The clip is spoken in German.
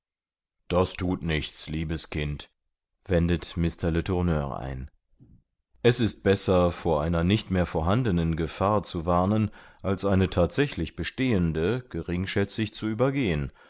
das thut nichts liebes kind wendet mr letourneur ein es ist besser vor einer nicht mehr vorhandenen gefahr zu warnen als eine tatsächlich bestehende geringschätzig zu übergehen